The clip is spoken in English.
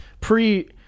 pre